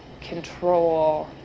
control